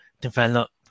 develop